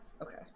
Okay